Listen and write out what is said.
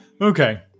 Okay